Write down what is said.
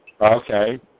Okay